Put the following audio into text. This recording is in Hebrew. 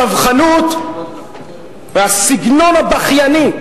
הצווחנות והסגנון הבכייני.